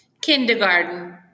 Kindergarten